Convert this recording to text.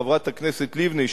חברת הכנסת לבני,